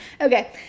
okay